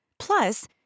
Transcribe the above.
Plus